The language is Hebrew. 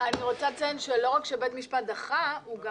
אני רק רוצה לציין שלא רק שבית המשפט דחה, הוא גם